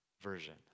version